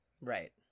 Right